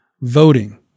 voting